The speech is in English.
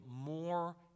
more